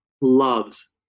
loves